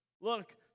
look